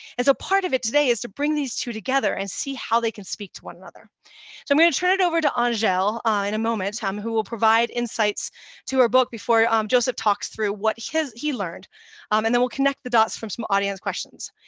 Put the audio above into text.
part of it today is to bring these two together and see how they can speak to one another. so i'm going to turn it over to angele in a moment um who will provide insights to her book before um joseph talks through what has he learned and then we'll connect the dots from some audience questions.